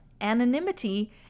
anonymity